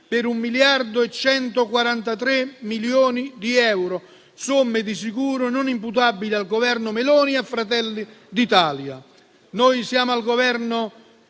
per 1 miliardo e 143 milioni di euro: somme di sicuro non imputabili al Governo Meloni e a Fratelli d'Italia.